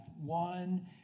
one